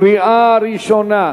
קריאה ראשונה.